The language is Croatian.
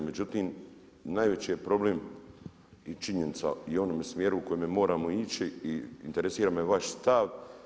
Međutim, najveći je problem i činjenica i u onom smjeru u kojem moramo ići i interesira me vaš stav.